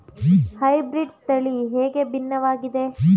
Hybrid ತಳಿ ಹೇಗೆ ಭಿನ್ನವಾಗಿದೆ?